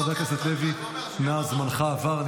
חבר הכנסת לוי, זמנך עבר.